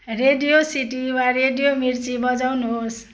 radio city वा radio Mirchi बजाउनुहोस्